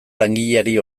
langileari